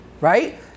Right